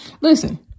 Listen